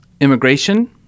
immigration